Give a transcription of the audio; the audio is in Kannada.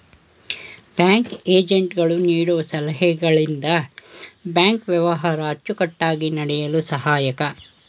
ಬ್ಯಾಂಕ್ ಏಜೆಂಟ್ ಗಳು ನೀಡುವ ಸಲಹೆಗಳಿಂದ ಬ್ಯಾಂಕ್ ವ್ಯವಹಾರ ಅಚ್ಚುಕಟ್ಟಾಗಿ ನಡೆಯಲು ಸಹಾಯಕ